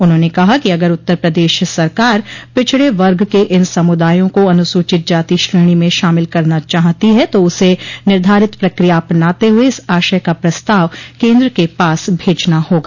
उन्होंने कहा कि अगर उत्तर प्रदेश सरकार पिछड़े वर्ग के इन समुदायों को अनुसूचित जाति श्रेणी में शामिल करना चाहती है तो उसे निर्धारित प्रक्रिया अपनाते हुए इस आशय का प्रस्ताव केन्द्र के पास भेजना होगा